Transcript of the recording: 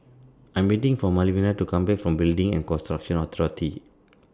I Am waiting For Malvina to Come Back from Building and Construction Authority